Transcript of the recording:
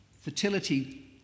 fertility